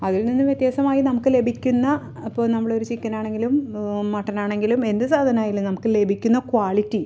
അതിൽ നിന്ന് വ്യത്യാസമായി നമ്മക്ക് ലഭിക്കുന്ന അപ്പോൾ നമ്മൾ ഒരു ചിക്കനാണെങ്കിലും മട്ടനാണെങ്കിലും എന്ത് സാധനമായാലും നമുക്ക് ലഭിക്കുന്ന ക്വാളിറ്റി